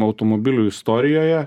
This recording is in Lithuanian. automobilių istorijoje